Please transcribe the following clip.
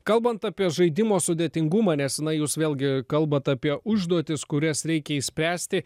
kalbant apie žaidimo sudėtingumą nes na jūs vėlgi kalbat apie užduotis kurias reikia išspręsti